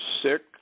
sick